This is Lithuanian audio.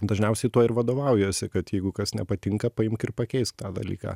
dažniausiai tuo ir vadovaujuosi kad jeigu kas nepatinka paimk ir pakeisk tą dalyką